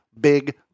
big